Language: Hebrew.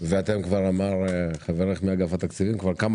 וכפי שאמר חברך מאגף התקציבים אתם כבר כמה